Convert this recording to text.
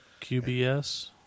QBS